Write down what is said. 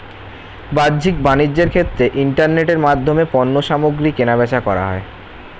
বাহ্যিক বাণিজ্যের ক্ষেত্রে ইন্টারনেটের মাধ্যমে পণ্যসামগ্রী কেনাবেচা করা হয়